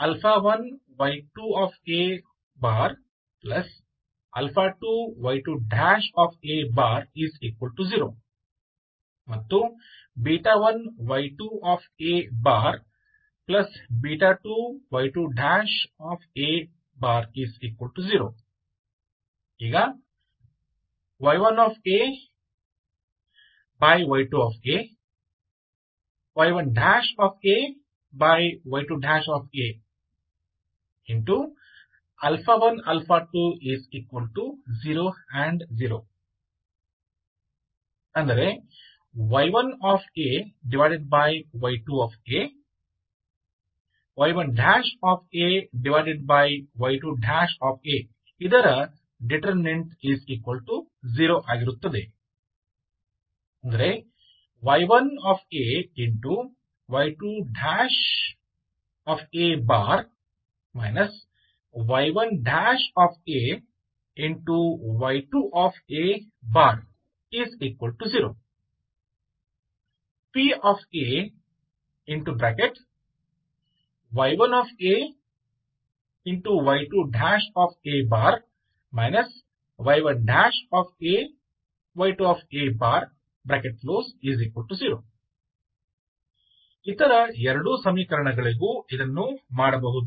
ಮತ್ತು y1 ay2 a y1 ay2 a0 pa y1 ay2 a y1 ay2 a0 ಇತರ 2 ಸಮೀಕರಣಗಳಿಗೂ ಇದನ್ನು ಮಾಡಬಹುದು